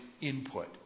input